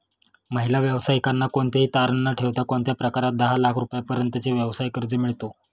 महिला व्यावसायिकांना कोणतेही तारण न ठेवता कोणत्या प्रकारात दहा लाख रुपयांपर्यंतचे व्यवसाय कर्ज मिळतो?